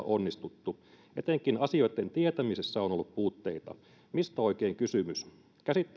onnistuttu etenkin asioitten tietämisessä on ollut puutteita mistä oikein on kysymys